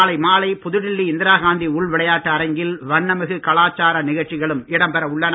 நாளை மாலை புதுடெல்லி இந்திராகாந்தி உள்விளையாட்டு அரங்கில் வண்ணமிகு கலாச்சார நிகழ்ச்சிகளும் இடம்பெற உள்ளன